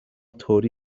طوری